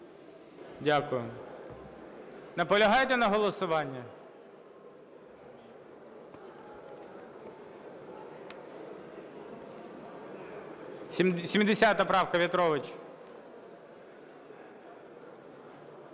Дякую. Наполягаєте на голосуванні? 70 правка, В'ятрович.